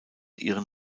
ihren